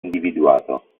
individuato